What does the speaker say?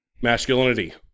masculinity